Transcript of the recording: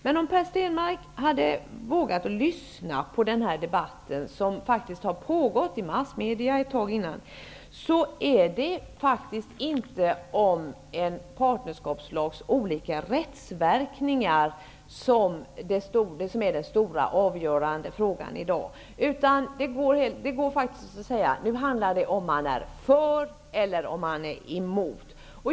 Men om Per Stenmarck hade vågat lyssna på denna debatt, som faktiskt har pågått ett tag i massmedia, hade han märkt att det inte är en partnerskapslags olika rättsverkningar som är den avgörande frågan. Man kan skulle kunna säga att det nu handlar om om man är för eller emot.